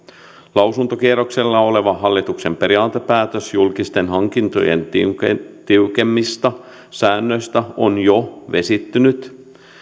lausuntokierroksella oleva hallituksen periaatepäätös julkisten hankintojen tiukemmista tiukemmista säännöistä on jo vesittynyt